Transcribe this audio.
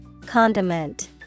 Condiment